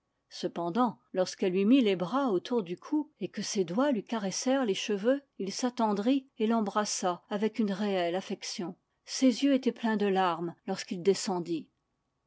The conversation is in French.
cependant lorsqu'elle lui mit les bras autour du cou et que ses doigts lui caressèrent les cheveux il s'attendrit et l'embrassa avec une réelle affection ses yeux étaient pleins de larmes lorsqu'il descendit